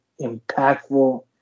impactful